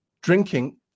drinking